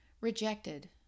rejected